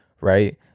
right